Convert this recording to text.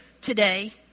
today